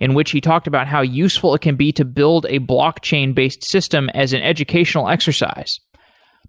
in which he talked about how useful it can be to build a blockchain-based system as an educational exercise